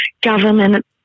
government